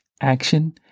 action